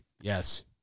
Yes